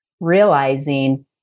realizing